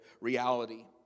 reality